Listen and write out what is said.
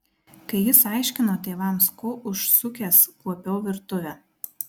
kai jis aiškino tėvams ko užsukęs kuopiau virtuvę